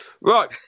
Right